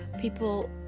people